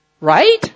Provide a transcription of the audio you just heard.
Right